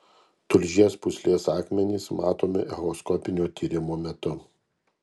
tulžies pūslės akmenys matomi echoskopinio tyrimo metu